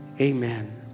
Amen